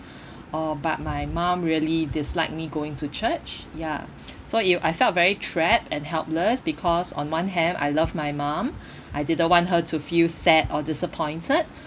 uh but my mum really dislike me going to church ya so it I felt very trapped and helpless because on one hand I love my mum I didn't want her to feel sad or disappointed